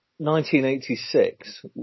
1986